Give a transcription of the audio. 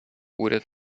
уряд